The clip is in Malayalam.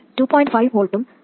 5 V ഉം 2